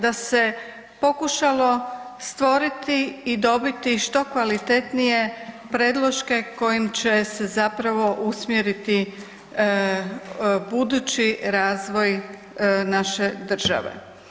Da se pokušalo stvoriti i dobiti što kvalitetnije predloške kojim će se zapravo usmjeriti budući razvoj naše države.